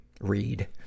read